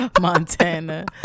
Montana